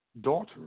daughter